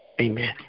Amen